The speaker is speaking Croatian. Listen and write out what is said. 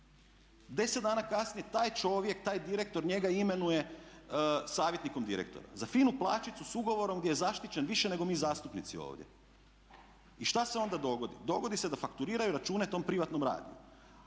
10 dana kasnije taj čovjek, taj direktor njega imenuje savjetnikom direktora. Za finu plaćicu s ugovorom gdje je zaštićen više nego mi zastupnici ovdje. I što se onda dogodi? Dogodi se da fakturiraju račune tom privatnom radiju,